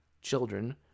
Children